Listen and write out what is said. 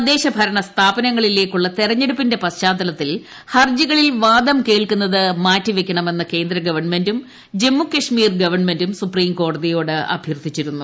തദ്ദേശഭരണ സ്ഥാപനങ്ങളിലേക്കുള്ള തെരഞ്ഞെടുപ്പിന്റെ പശ്ചാത്തലത്തിൽ ഹർജികളിൽ വാദം കേൾക്കുന്നത് മാറ്റിവെയ്ക്കണമെന്ന് കേന്ദ്ര ഗവൺമെൻ്റും ജമ്മുകാശ്മീർ ഗവൺമെൻ്റും സുപ്രീംകോടതിയോട് അഭ്യർത്ഥിച്ചിരുന്നു